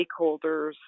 stakeholders